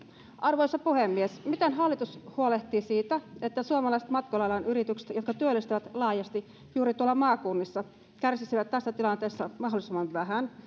arvoisa puhemies miten hallitus huolehtii siitä että suomalaiset matkailualan yritykset jotka työllistävät laajasti juuri tuolla maakunnissa kärsisivät tässä tilanteessa mahdollisimman vähän